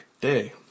Day